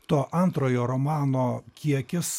to antrojo romano kiekis